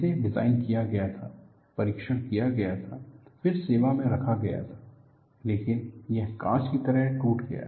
इसे डिजाइन किया गया था परीक्षण किया गया था फिर सेवा में रखा गया था लेकिन यह कांच की तरह टूट गया